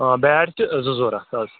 آ بَیٹ چھِ زٕ ضوٚرَتھ حظ